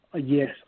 Yes